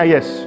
Yes